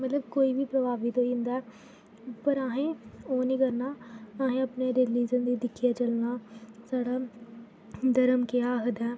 मतलब कोई बी प्रभावित होई जन्दा ऐ पर अहें ओह् नेईं करना अहें अपने रिलिजन गी दिक्खियै चलना साढ़ा धर्म केह् आखदा ऐ